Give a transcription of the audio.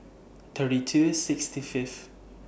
thirty two sixty Fifth